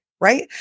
right